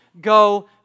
go